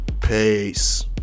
Peace